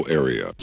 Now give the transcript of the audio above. area